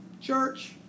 church